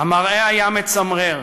המראה היה מצמרר,